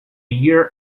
year